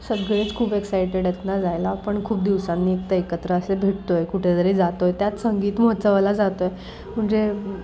सगळेच खूप एक्सायटेड आहेत ना जायला आपण खूप दिवसांनी एकतर एकत्र असे भेटतो आहे कुठेतरी जातो आहे त्यात संगीत महोत्सवाला जातो आहे म्हणजे